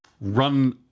run